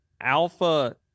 alpha